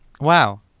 Wow